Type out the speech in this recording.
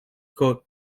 coat